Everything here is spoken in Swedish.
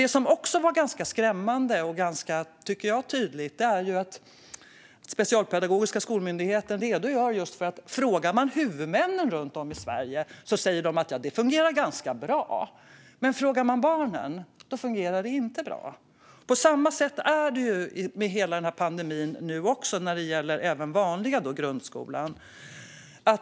Det som också är ganska skrämmande och, tycker jag, tydligt är att Specialpedagogiska skolmyndigheten redogör för att huvudmännen runt om i Sverige - om man frågar dem - säger att det fungerar ganska bra men att barnen säger att det inte fungerar bra. På samma sätt är det med hela denna pandemi även när det gäller den vanliga grundskolan.